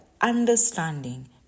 understanding